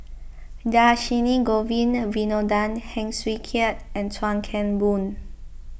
Dhershini Govin Winodan Heng Swee Keat and Chuan Keng Boon